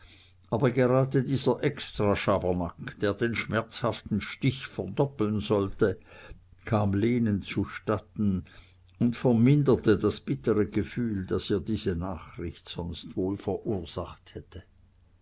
aber gerade dieser extraschabernack der den schmerzhaften stich verdoppeln sollte kam lenen zustatten und verminderte das bittere gefühl das ihr diese nachricht sonst wohl verursacht hätte